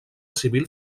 civil